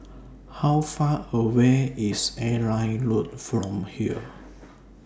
How Far away IS Airline Road from here